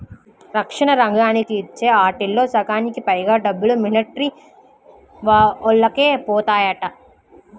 రక్షణ రంగానికి ఇచ్చే ఆటిల్లో సగానికి పైగా డబ్బులు మిలిటరీవోల్లకే బోతాయంట